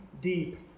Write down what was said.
deep